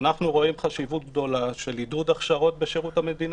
אנחנו רואים חשיבות גדולה לעידוד הכשרות בשירות המדינה.